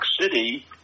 City